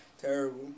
Terrible